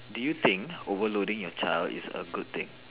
do you think overloading your child is a good thing